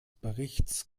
berichts